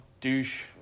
douche